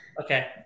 Okay